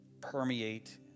permeate